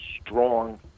strong